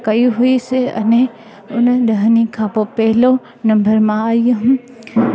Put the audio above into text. कई हुईसीं अने उन ॾहनि ई खां पोइ पहलो नंबर मां ई हुयमि